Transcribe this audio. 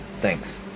Thanks